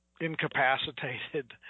incapacitated